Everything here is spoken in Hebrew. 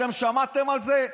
אתם שמעתם על זה?